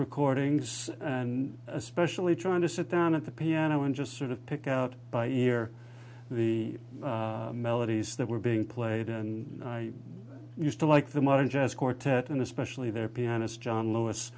recordings and especially trying to sit down at the piano and just sort of pick out by ear the melodies that were being played and i used to like the modern jazz quartet and especially their pianist john l